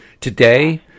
today